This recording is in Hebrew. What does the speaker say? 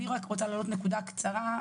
אני רק רוצה להעלות נקודה קצרה,